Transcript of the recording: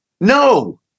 No